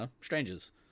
strangers